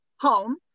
home